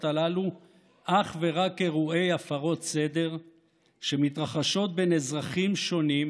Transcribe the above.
הללו אך ורק אירועי הפרות סדר שמתרחשות בין אזרחים שונים,